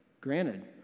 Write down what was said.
granted